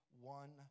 one